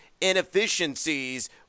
inefficiencies